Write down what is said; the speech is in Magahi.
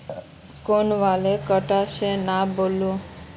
कौन वाला कटा से नाप बो?